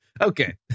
Okay